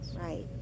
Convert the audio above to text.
Right